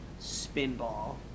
Spinball